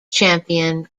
champion